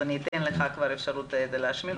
אז אתן לך אפשרות להשלים.